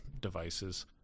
devices